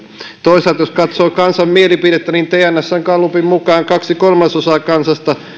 toisaalta jos katsoo kansan mielipidettä niin tnsn gallupin mukaan kaksi kolmasosaa kansasta